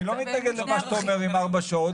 אני לא מתנגד למה שאתה אומר עם ארבע השעות,